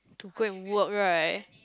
to go and work right